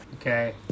okay